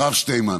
הרב שטינמן.